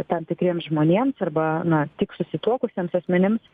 tam tikriems žmonėms arba na tik susituokusiems asmenims